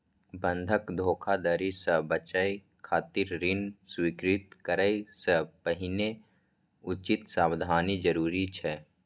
बंधक धोखाधड़ी सं बचय खातिर ऋण स्वीकृत करै सं पहिने उचित सावधानी जरूरी छै